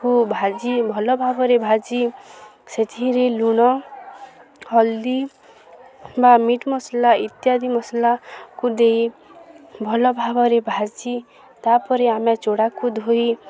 କୁ ଭାଜି ଭଲ ଭାବରେ ଭାଜି ସେଥିରେ ଲୁଣ ହଲଦି ବା ମିଟ୍ ମସଲା ଇତ୍ୟାଦି ମସଲାକୁ ଦେଇ ଭଲ ଭାବରେ ଭାଜି ତା'ପରେ ଆମେ ଚୂଡ଼ାକୁ ଧୋଇ